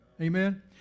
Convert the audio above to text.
Amen